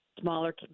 smaller